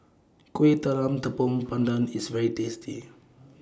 Kueh Talam Tepong Pandan IS very tasty